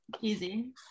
easy